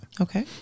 Okay